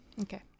Okay